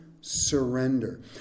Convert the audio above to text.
surrender